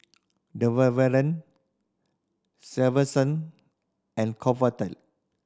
Selsun and Convatec